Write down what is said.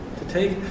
to take.